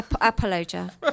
Apologia